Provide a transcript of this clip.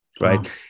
right